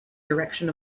direction